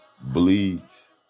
Bleeds